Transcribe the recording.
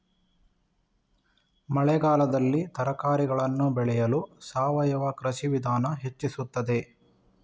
ಮಳೆಗಾಲದಲ್ಲಿ ತರಕಾರಿಗಳನ್ನು ಬೆಳೆಯಲು ಸಾವಯವ ಕೃಷಿಯ ವಿಧಾನ ಹೆಚ್ಚಿಸುತ್ತದೆ?